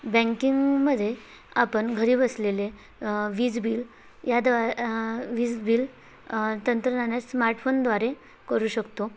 बँकिंगमध्ये आपण घरी बसलेले वीज बिल याद्वा वीज बिल तंत्रज्ञाना स्मार्टफोनद्वारे करू शकतो